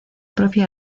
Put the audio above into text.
propia